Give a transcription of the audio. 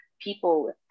people